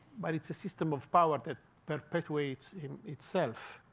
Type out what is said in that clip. but it's a system of power that perpetuates itself.